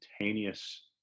instantaneous